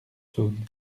saône